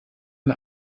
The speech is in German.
die